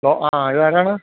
hello ആ ഇതാരാണ്